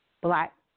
black